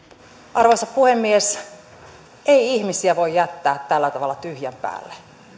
arvoisa puhemies ei ihmisiä voi jättää tällä tavalla tyhjän päälle